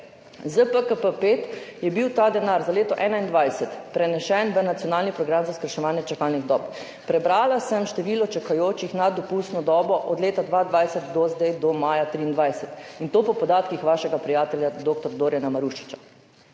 s PKP5 je bil ta denar za leto 2021 prenesen v nacionalni program za skrajševanje čakalnih dob. Prebrala sem število čakajočih nad dopustno dobo od leta 2020 do zdaj, do maja 2023, in to po podatkih vašega prijatelja dr. Dorijana Marušiča.